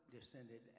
descended